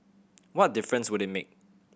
what difference would it make